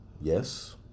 Yes